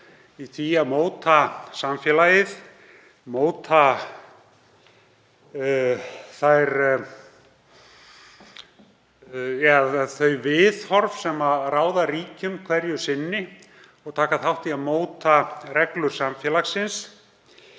í því að móta samfélagið, móta þau viðhorf sem ráða ríkjum hverju sinni og taka þátt í að móta reglur samfélagsins.